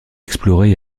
explorer